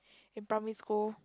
in primary school